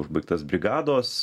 užbaigtas brigados